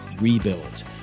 rebuild